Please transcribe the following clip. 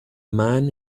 man